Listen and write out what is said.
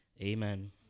Amen